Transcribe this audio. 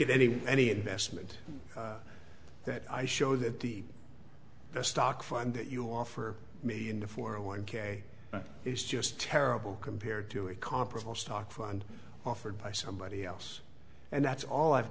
it any any investment that i show that the stock fund that you offer me in for one k is just terrible compared to a comparable stock fund offered by somebody else and that's all i've